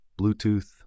Bluetooth